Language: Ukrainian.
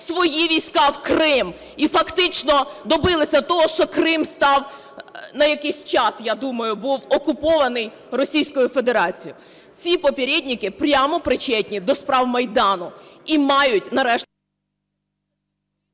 свої війська в Крим, і фактично добилися того, що Крим став на якийсь час, я думаю, був окупований Російською Федерацією. Ці "попєрєднікі" прямо причетні до справ Майдану і мають нарешті…